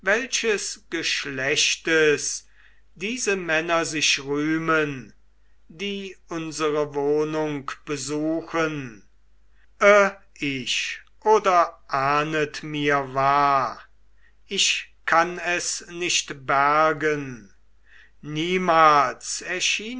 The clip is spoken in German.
geschlechtes diese männer sich rühmen die unsere wohnung besuchen irr ich oder ahndet mir wahr ich kann es nicht bergen niemals